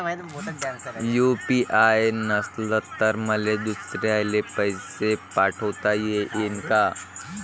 UPI नसल तर मले दुसऱ्याले पैसे पाठोता येईन का?